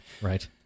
Right